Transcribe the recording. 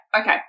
Okay